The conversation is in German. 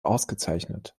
ausgezeichnet